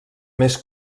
més